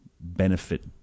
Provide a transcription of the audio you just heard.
benefit